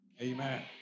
Amen